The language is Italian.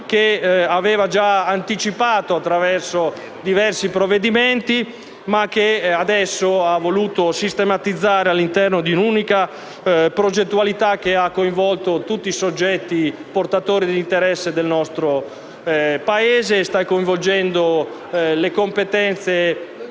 opera era già stata anticipata attraverso diversi provvedimenti, ma adesso il Governo ha dovuto sistematizzarla all'interno di un'unica progettualità che ha coinvolto tutti i soggetti portatori d'interesse del nostro Paese e che sta coinvolgendo le competenze più